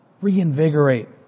reinvigorate